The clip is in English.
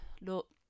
look